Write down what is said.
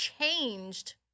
changed